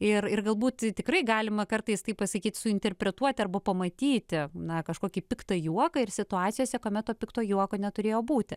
ir ir galbūt tikrai galima kartais taip pasakyti su interpretuoti arba pamatyti na kažkokį piktą juoką ir situacijose kuomet to pikto juoko neturėjo būti